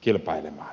kilpailemaan